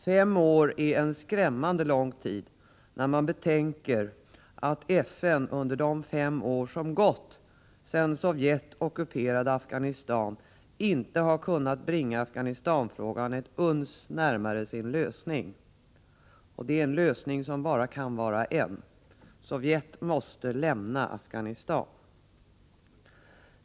Fem år är en skrämmande lång tid när man betänker att FN under de fem år som gått sedan Sovjet ockuperade Afghanistan inte har kunnat bringa Afghanistanfrågan ett uns närmare sin lösning. Det är en lösning som bara kan vara en: Sovjet måste lämna Afghanistan.